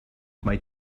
mae